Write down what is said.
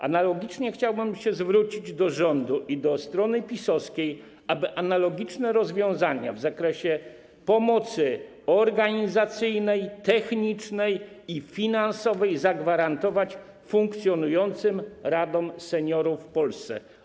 Analogicznie chciałbym się zwrócić do rządu i do strony PiS-owskiej, aby analogiczne rozwiązania w zakresie pomocy organizacyjnej, technicznej i finansowej zagwarantować funkcjonującym radom seniorów w Polsce.